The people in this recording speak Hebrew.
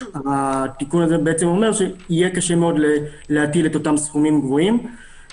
התיקון הזה אומר שיהיה קשה מאוד להטיל את אותם סכומים קבועים,